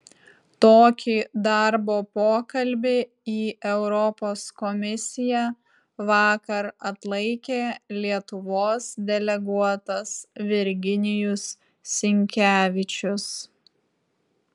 tokį darbo pokalbį į europos komisiją vakar atlaikė lietuvos deleguotas virginijus sinkevičius